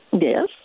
Yes